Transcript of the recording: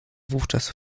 wówczas